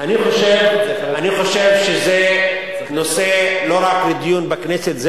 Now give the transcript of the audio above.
אני חושב שזה נושא לא רק לדיון בכנסת,